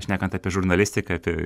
šnekant apie žurnalistiką tai